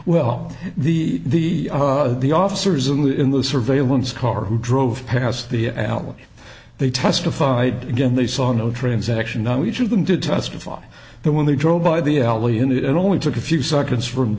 well the the the officers in the surveillance car who drove past the hour they testified again they saw no transaction which of them did testify that when they drove by the alley and it only took a few seconds from